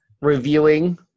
reviewing